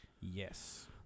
Yes